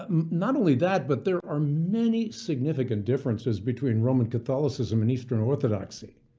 um not only that, but there are many significant differences between roman catholicism and eastern orthodoxy.